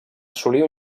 assolir